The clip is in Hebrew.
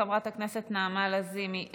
חברת הכנסת נעמה לזימי,